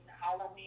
Halloween